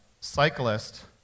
cyclist